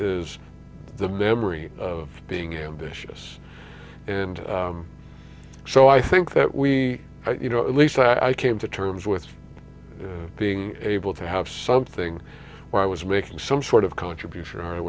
is the memory of being ambitious and so i think that we you know at least i came to terms with being able to have something where i was making some sort of contribution or i